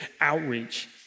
outreach